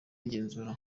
igenzura